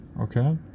okay